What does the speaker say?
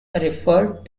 referred